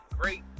great